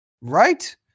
Right